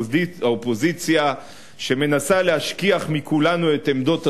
לא, הוא רצה להגיד משהו, הכול היה פה עובדות.